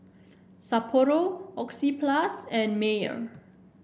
Sapporo Oxyplus and Mayer